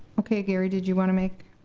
okay gary did you want to make?